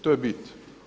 To je bit.